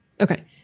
Okay